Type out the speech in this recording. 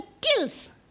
kills